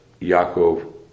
Yaakov